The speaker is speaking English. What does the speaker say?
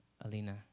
Alina